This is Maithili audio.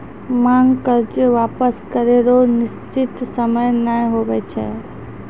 मांग कर्जा वापस करै रो निसचीत सयम नै हुवै छै